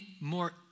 more